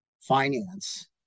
finance